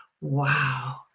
wow